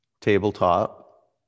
Tabletop